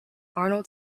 arnold